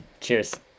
Cheers